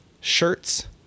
shirts